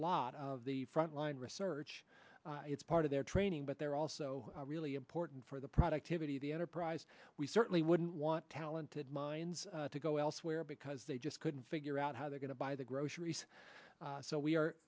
lot of the frontline research it's part of their training but they're also really important for the productivity of the enterprise we certainly wouldn't want talented mines to go elsewhere because they just couldn't figure out how they're going to buy the groceries so we are